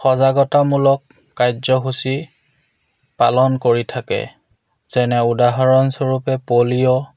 সজাগতামূলক কাৰ্যসূচী পালন কৰি থাকে যেনে উদাহৰণস্বৰূপে পলিঅ'